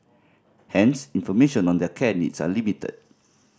hence information on their care needs are limited